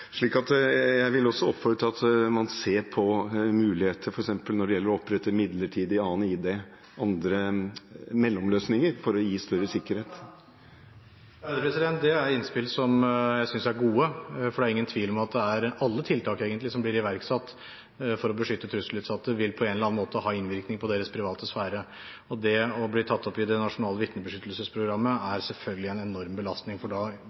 jeg vil også oppfordre til at man ser på muligheter f.eks. når det gjelder å opprette midlertidig annen ID, andre mellomløsninger, for å gi større sikkerhet. Det er innspill som jeg synes er gode, for det er ingen tvil om at alle tiltak som blir iverksatt for å beskytte trusselutsatte, på en eller annen måte vil ha innvirkning på deres private sfære. Og det å bli tatt opp i det nasjonale vitnebeskyttelsesprogrammet er selvfølgelig en enorm belastning, for da